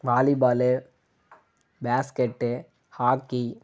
volley ball basket hockey